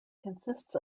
consists